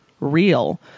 real